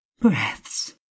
breaths